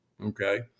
Okay